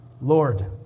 Lord